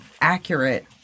accurate